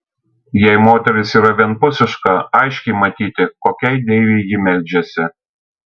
jei moteris yra vienpusiška aiškiai matyti kokiai deivei ji meldžiasi